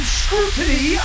scrutiny